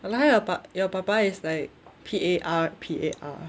I like how your pa~ your papa is like P A R P A R